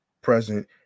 present